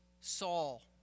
Saul